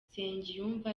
nsengiyumva